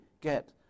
get